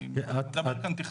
אני מדבר רק על תכנון.